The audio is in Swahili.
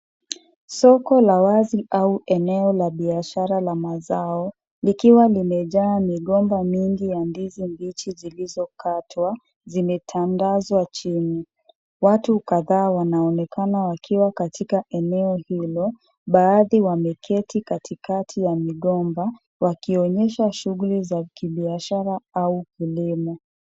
Soko la wazi au eneo la biashara la mazao. Likiwa limejaa migomba mingi ya ndizi mbichi zilizokatwa zimetandazwa chini. Watu kadhaa wanaonekana wakiwa katika eneo hilo. Baadhi wameketi katikati ya migomba. Wakionyesha shughuli za kibiashara au kilimo.